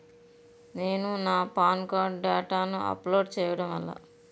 నేను నా PAN card డేటాను అప్లోడ్ చేయడం ఎలా?